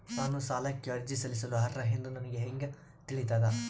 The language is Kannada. ನಾನು ಸಾಲಕ್ಕೆ ಅರ್ಜಿ ಸಲ್ಲಿಸಲು ಅರ್ಹ ಎಂದು ನನಗೆ ಹೆಂಗ್ ತಿಳಿತದ?